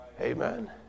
Amen